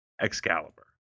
Excalibur